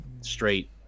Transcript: straight